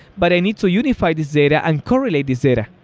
but i need to unify this data and correlate this data.